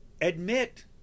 admit